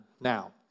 now